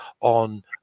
on